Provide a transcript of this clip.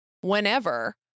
whenever